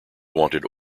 wanted